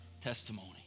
testimony